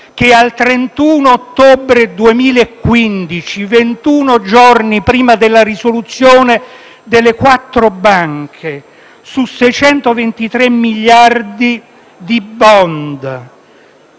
che al 31 ottobre 2015, ventuno giorni prima della risoluzione delle quattro banche, su 623 miliardi di *bond*,